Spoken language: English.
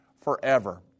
forever